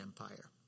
Empire